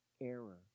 error